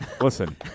Listen